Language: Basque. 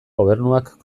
gobernuak